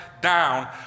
down